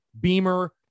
Beamer